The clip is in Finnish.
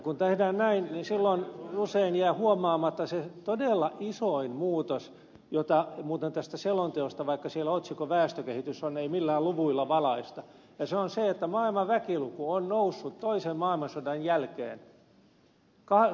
kun tehdään näin niin silloin usein jää huomaamatta se todella isoin muutos jota muuten tästä selonteosta vaikka siellä otsikko väestökehitys on ei millään luvuilla valaista ja se on se että maailman väkiluku on noussut toisen maailmansodan jälkeen kolminkertaiseksi